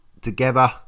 together